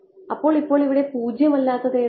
അപ്പോൾ ഇപ്പോൾ ഇവിടെ 0 അല്ലാത്തത് എന്താണ്